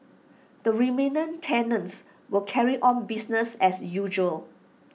the remaining tenants will carry on business as usual